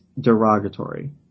derogatory